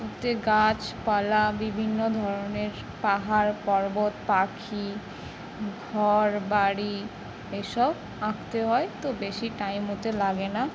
এতে গাছপালা বিভিন্ন ধরনের পাহাড় পর্বত পাখি ঘর বাড়ি এসব আঁকতে হয় তো বেশি টাইম ওতে লাগে না